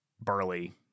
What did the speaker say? Burly